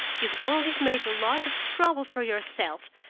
you've only made a lot of trouble for yourself,